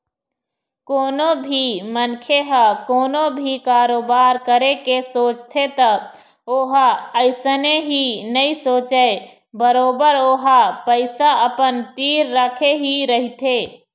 कोनो भी मनखे ह कोनो भी कारोबार करे के सोचथे त ओहा अइसने ही नइ सोचय बरोबर ओहा पइसा अपन तीर रखे ही रहिथे